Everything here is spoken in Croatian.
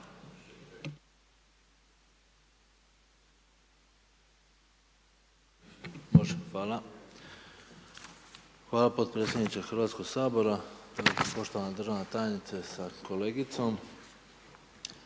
Ante (HDZ)** Hvala potpredsjedniče Hrvatskog sabora. Poštovana državna tajnice sa kolegicom.